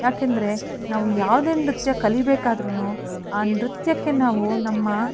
ಯಾಕೆಂದರೆ ನಾವು ಯಾವುದೇ ನೃತ್ಯ ಕಲಿಬೇಕಾದ್ರೂ ಆ ನೃತ್ಯಕ್ಕೆ ನಾವು ನಮ್ಮ